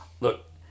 look